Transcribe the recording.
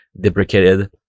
deprecated